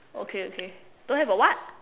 okay okay don't have a what